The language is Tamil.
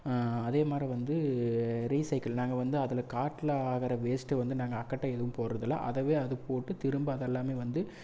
அதே மாதிரி வந்து ரீசைக்கிள் நாங்கள் வந்து அதில் காட்டில் ஆகிற வேஸ்ட்டை வந்து நாங்கள் அக்கட்ட ஏதும் போடுறதில்ல அதயே அதுப் போட்டு திரும்ப அதெல்லாமே வந்து